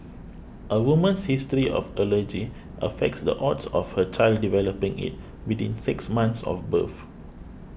a woman's history of allergy affects the odds of her child developing it within six months of birth